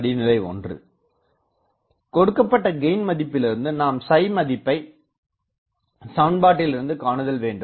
படிநிலை 1 கொடுக்கப்பட்ட கெயின் மதிப்பிலிருந்து நாம் மதிப்பை சமன்பாட்டிலிருந்து காணுதல் வேண்டும்